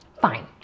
fine